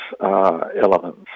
elements